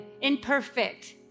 imperfect